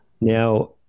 Now